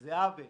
זה עוול.